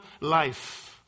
life